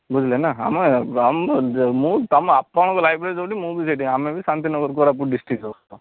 ବୁଝିଲେ ନାଁ ଆମେ ଆମ ମୁଁ ତମ ଆପଣଙ୍କ ଲାଇବ୍ରେରୀ ଯେଉଁଠି ମୁଁ ବି ସେଇଠି ଆମେ ବି ଶାନ୍ତିନଗର କୋରାପୁଟ ଡିଷ୍ଟ୍ରିକ୍ଟର୍